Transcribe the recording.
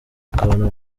ukabona